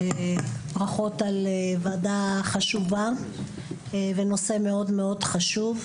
ברכות על ועדה חשובה בנושא מאוד מאוד חשוב.